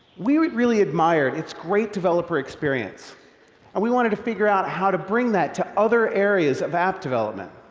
we would really admire, it's great developer experience and we wanted to figure out how to bring that to other areas of app development.